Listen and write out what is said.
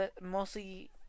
mostly